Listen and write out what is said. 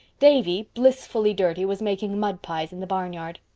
davy, blissfully dirty, was making mud pies in the barnyard.